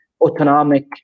autonomic